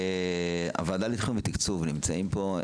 הוועדה לתכנון ולתקצוב נמצאים פה?